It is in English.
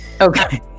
okay